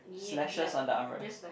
silicious on the arm rest